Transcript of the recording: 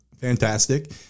fantastic